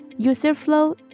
Userflow